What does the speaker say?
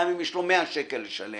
גם אם יש לו 100 שקל לשלם,